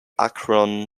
akron